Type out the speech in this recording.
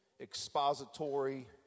expository